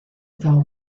são